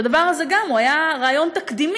הדבר הזה גם הוא היה רעיון תקדימי.